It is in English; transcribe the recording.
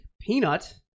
Peanut